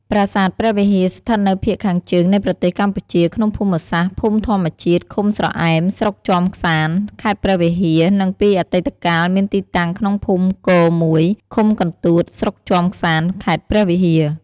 ប្រាសាទព្រះវិហារ ស្ថិតនៅភាគខាងជើងនៃប្រទេសកម្ពុជាក្នុងភូមិសាស្ត្រ ភូមិធម្មជាតិ ឃុំស្រអែម ស្រុកជាំខ្សាន្ត ខេត្តព្រះវិហារ និងពីអតីកាលមានទីតាំងក្នុងភូមិគ១ ឃុំកន្ទួត ស្រុកជាំក្សាន្ត ខេត្តព្រះវិហារ។